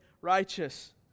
righteous